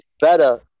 better